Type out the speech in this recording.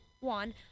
One